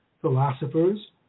philosophers